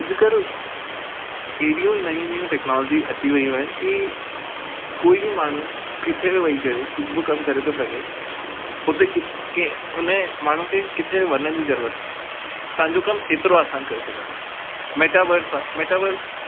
अॼकल्ह अहिड़ियूं नयूं नयूं टेक्नोलॉजी अची वियूं आहिनि की कोई बि माण्हू किथे बि वेही करे कुझु बि कमु करे थो सघे हुते कित कंहिं हुने माण्हू खे किथे वञण जी ज़रूरत न आहे तव्हांजे कम एतिरो आसान करे सघंदी आहे मेटावर्स आहे मेटावर्स